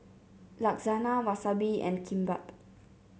Lasagna Wasabi and Kimbap